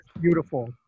beautiful